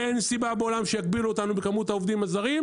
אין סיבה בעולם שיגבילו אותנו בכמות העובדים הזרים,